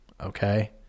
Okay